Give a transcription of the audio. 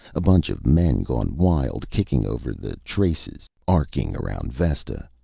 a bunch of men gone wild, kicking over the traces, arcing around vesta,